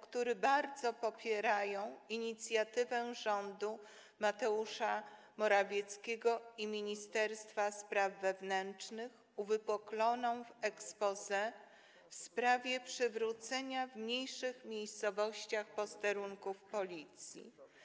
którzy bardzo popierają inicjatywę rządu Mateusza Morawieckiego i ministerstwa spraw wewnętrznych, uwypukloną w exposé, w sprawie przywrócenia w mniejszych miejscowościach posterunków Policji.